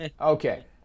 Okay